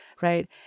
right